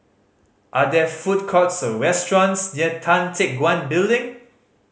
are there food courts or restaurants near Tan Teck Guan Building